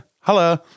Hello